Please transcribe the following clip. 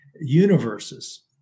Universes